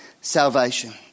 salvation